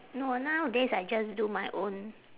no nowadays I just do my own